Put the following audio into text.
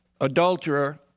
adulterer